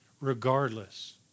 regardless